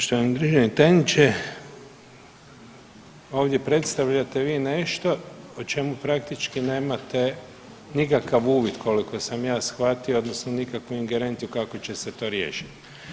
Poštovani državni tajniče, ovdje predstavljate vi nešto o čemu praktički nemate nikakav uvid koliko sam ja shvatio odnosno nikakvu ingerenciju kako će se to riješiti.